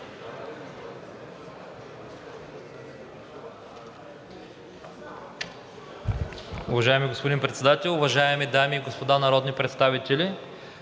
Уважаеми господин Председател, уважаеми дами и господа народни представители!